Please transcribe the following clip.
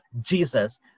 Jesus